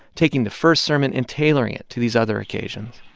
taking the first sermon and tailoring it to these other occasions